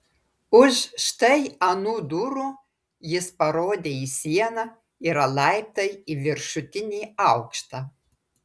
už štai anų durų jis parodė į sieną yra laiptai į viršutinį aukštą